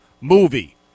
movie